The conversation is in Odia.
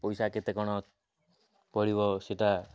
ପଇସା କେତେ କ'ଣ ପଡ଼ିବ ସେଟା